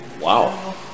Wow